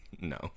No